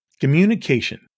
Communication